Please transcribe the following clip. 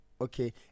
Okay